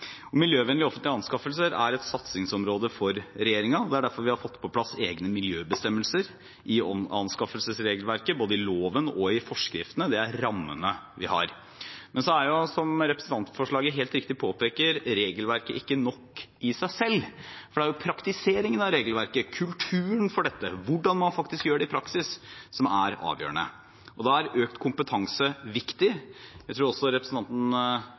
Miljøvennlige offentlige anskaffelser er et satsingsområde for regjeringen. Det er derfor vi har fått på plass egne miljøbestemmelser i anskaffelsesregelverket, både i loven og i forskriftene. Det er rammene vi har. Men, som representantforslaget helt riktig påpeker, regelverk er ikke nok i seg selv, for det er jo praktiseringen av regelverket, kulturen for dette, hvordan man faktisk gjør det i praksis, som er avgjørende. Da er økt kompetanse viktig. Det var vel representanten